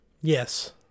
Yes